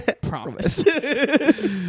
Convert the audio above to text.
promise